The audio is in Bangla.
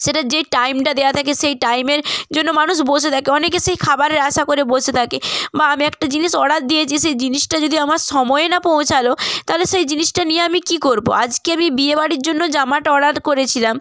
সেটা যে টাইমটা দেয়া থাকে সেই টাইমের জন্য মানুষ বসে থাকে অনেকে সেই খাবারের আশা করে বসে থাকে বা আমি একটা জিনিস অর্ডার দিয়েছি সেই জিনিসটা যদি আমার সময়ে না পৌঁছালো তালে সেই জিনিসটা নিয়ে আমি কী করবো আজকে আমি বিয়ে বাড়ির জন্য জামাটা অর্ডার করেছিলাম